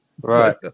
Right